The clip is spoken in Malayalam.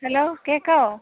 ഹലോ കേൾക്കാമോ